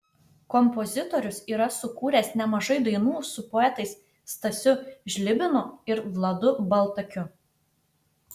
kompozitorius yra sukūręs nemažai dainų su poetais stasiu žlibinu ir vladu baltakiu